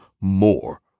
more